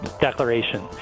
Declaration